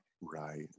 right